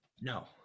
No